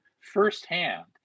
firsthand